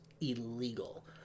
illegal